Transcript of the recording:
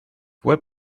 fue